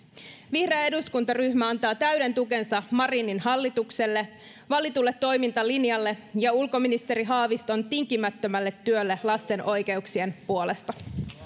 vihreä eduskuntaryhmä antaa täyden tukensa marinin hallitukselle valitulle toimintalinjalle ja ulkoministeri haaviston tinkimättömälle työlle lasten oikeuksien puolesta